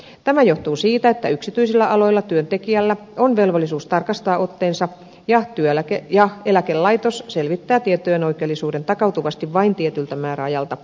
tämä johtuu siitä että yksityisillä aloilla työntekijällä on velvollisuus tarkastaa otteensa ja eläkelaitos selvittää tietojen oikeellisuuden takautuvasti vain tietyltä määräajalta